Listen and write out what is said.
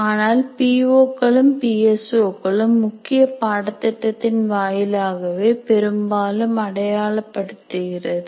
ஆனால் P O களும் PS O களும் முக்கிய பாடத்திட்டத்தின் வாயிலாகவே பெரும்பாலும் அடையப்படுகிறது